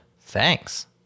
thanks